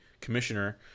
commissioner